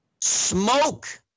smoke